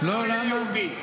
לא יהיה יהודי.